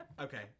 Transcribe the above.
Okay